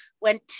went